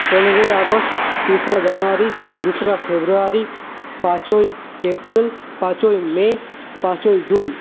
পনেরোই আগস্ট তেসরা জানুয়ারি দোসরা ফেব্রুয়ারি পাঁচই এপ্রিল পাঁচই মে পাঁচই জুন